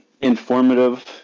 informative